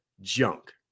junk